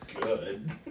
good